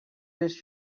just